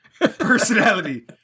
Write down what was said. personality